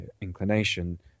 inclination